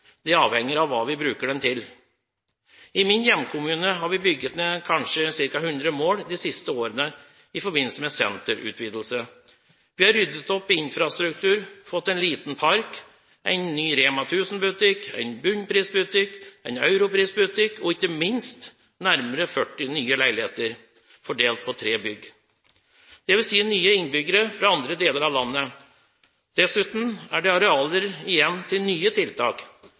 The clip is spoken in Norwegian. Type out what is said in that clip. Det avhenger av hva vi bruker den til. I min hjemkommune har vi bygget ned kanskje ca. 100 mål de siste årene i forbindelse med senterutvidelse. Vi har ryddet opp i infrastruktur, fått en liten park, en ny Rema 1000-butikk, en Bunnpris-butikk, en Europris-butikk – og ikke minst nærmere 40 nye leiligheter fordelt på tre bygg, noe som betyr nye innbyggere fra andre deler av landet. Dessuten er det arealer igjen til nye tiltak.